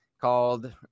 called